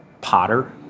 potter